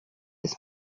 des